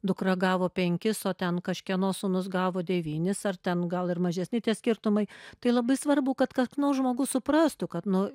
dukra gavo penkis o ten kažkieno sūnus gavo devynis ar ten gal ir mažesni tie skirtumai tai labai svarbu kad kas nors žmogus suprastų kad nu